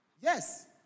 Yes